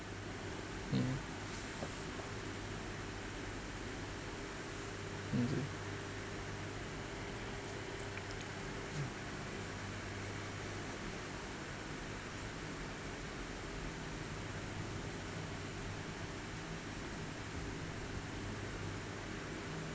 mm mm